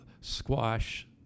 squash